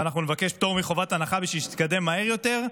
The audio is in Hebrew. ואנחנו נבקש פטור מחובת הנחה בשביל שיתקדם מהר יותר.